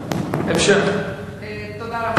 זאת, איפה האנטנה?